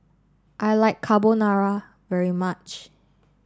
I like Carbonara very much